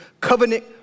covenant